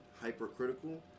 hypercritical